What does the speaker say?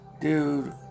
Dude